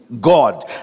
God